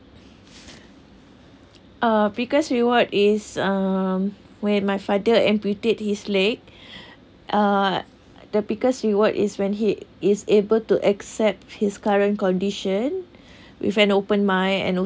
uh biggest reward is um when my father amputate his leg uh the biggest reward is when he is able to accept his current condition with an open mind and